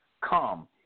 come